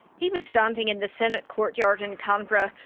he was standing in the senate courtyard in canberra,